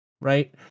Right